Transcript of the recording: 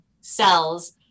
cells